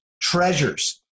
treasures